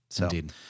Indeed